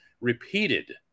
repeated